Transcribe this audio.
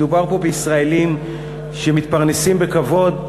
מדובר פה בישראלים שמתפרנסים בכבוד,